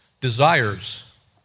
desires